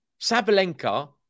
Sabalenka